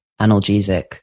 analgesic